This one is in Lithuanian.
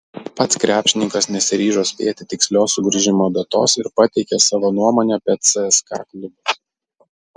pats krepšininkas nesiryžo spėti tikslios sugrįžimo datos ir pateikė savo nuomonę apie cska klubą